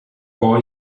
boy